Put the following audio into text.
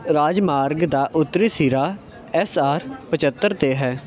ਰਾਜਮਾਰਗ ਦਾ ਉੱਤਰੀ ਸਿਰਾ ਐਸ ਆਰ ਪਝੱਤਰ 'ਤੇ ਹੈ